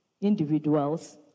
individuals